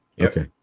Okay